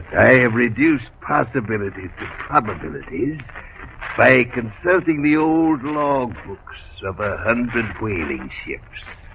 i have reduced possibility to probabilities by consulting the old logbooks of a hundred whaling ships